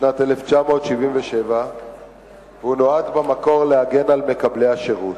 בשנת 1977 והוא נועד במקור להגן על מקבלי השירות.